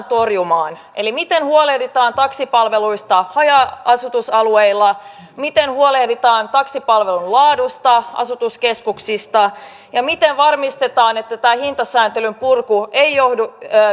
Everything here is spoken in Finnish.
torjumaan eli miten huolehditaan taksipalveluista haja asutusalueilla miten huolehditaan taksipalvelujen laadusta asutuskeskuksissa ja miten varmistetaan että tämä hintasääntelyn purku ei